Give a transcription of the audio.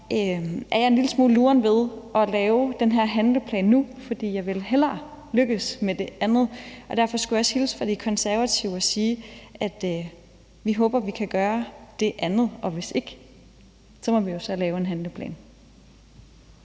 er jeg en lille smule loren ved at lave den her handleplan nu, for jeg vil hellere lykkes med det andet. Og derfor skulle jeg også hilse fra De Konservative og sige, at vi håber, vi kan gøre det andet, og hvis ikke, må vi jo så lave en handleplan.